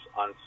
on